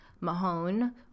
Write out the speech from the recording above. Mahone